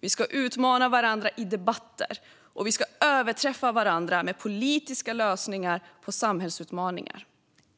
Vi ska utmana varandra i debatter, och vi ska överträffa varandra med politiska lösningar på samhällsutmaningar.